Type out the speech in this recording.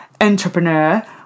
entrepreneur